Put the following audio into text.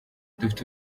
dufite